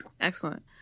Excellent